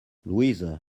louise